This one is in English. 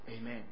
Amen